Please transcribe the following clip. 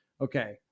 Okay